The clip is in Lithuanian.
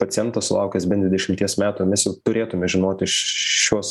pacientas sulaukęs bent dvidešimties metų mes jau turėtume žinoti šiuos